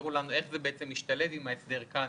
תסבירו לנו איך זה משתלב עם ההסדר כאן.